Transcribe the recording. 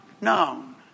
known